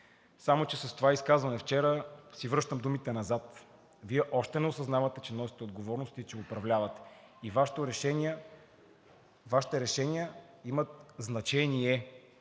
Само че с това изказване вчера си връщам думите назад. Вие още не осъзнавате, че носите отговорност и че управлявате. Вашите решения имат значение.